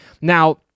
now